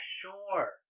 sure